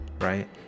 Right